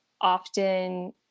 often